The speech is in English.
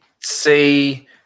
see